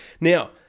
Now